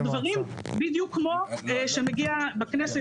ומסבירים את הדברים בדיוק כמו שמגיע בכנסת,